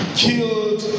killed